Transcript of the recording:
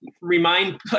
remind